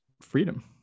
freedom